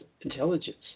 intelligence